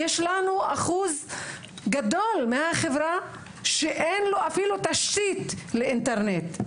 יש לנו אחוז גדול בחברה שאין לו אפילו תשתית לאינטרנט,